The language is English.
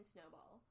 Snowball